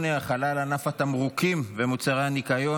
8) (החלה על ענף התמרוקים ומוצרי הניקיון),